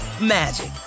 magic